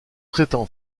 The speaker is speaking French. traitant